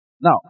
Now